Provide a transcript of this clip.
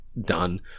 done